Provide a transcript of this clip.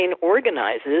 organizes